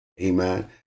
Amen